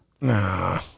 Nah